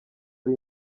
ari